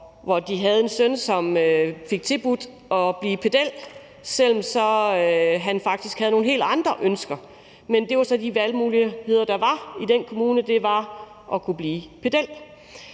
som havde en søn, som fik tilbudt at blive pedel, selv om han faktisk havde nogle helt andre ønsker. Men det var så de valgmuligheder, der var i den kommune, altså at blive pedel.